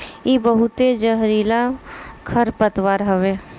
इ बहुते जहरीला खरपतवार हवे